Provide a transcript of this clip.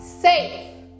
safe